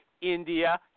india